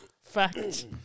fact